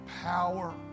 power